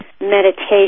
meditation